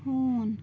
ہوٗن